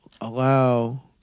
allow